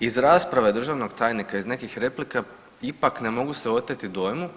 Iz rasprave državnog tajnika iz nekih replika ipak ne mogu se oteti dojmu